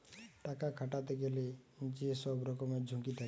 টাকা খাটাতে গেলে যে সব রকমের ঝুঁকি থাকে